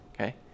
Okay